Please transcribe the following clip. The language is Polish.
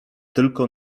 tylko